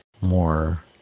more